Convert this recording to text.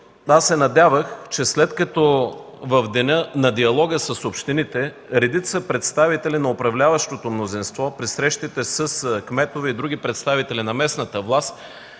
и финанси. След като в деня на диалога с общините редица представители на управляващото мнозинство при срещите с кметове и други представители на местната власт